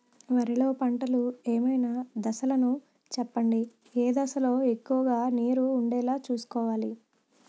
వరిలో పంటలు ఏమైన దశ లను చెప్పండి? ఏ దశ లొ ఎక్కువుగా నీరు వుండేలా చుస్కోవలి?